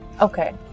Okay